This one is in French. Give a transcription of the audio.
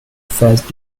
phase